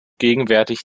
gegenwärtig